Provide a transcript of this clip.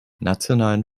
nationalen